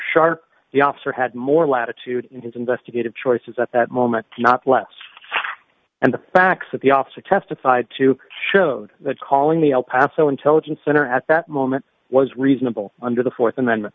sharp the officer had more latitude in his investigative choices at that moment not less and the facts that the officer testified to showed that calling the el paso intelligence center at that moment was reasonable under the th amendment